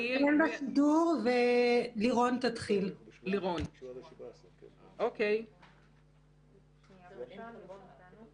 והיות וגם לא פותח כלי חלופי אזרחי אז גם אין לנו הרבה אלטרנטיבות.